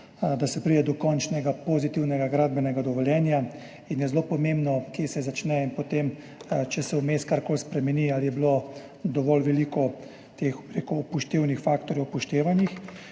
da se pride do končnega pozitivnega gradbenega dovoljenja, in je zelo pomembno, kje se začne, in potem, če se vmes karkoli spremeni, ali je bilo dovolj veliko upoštevnih faktorjev upoštevanih.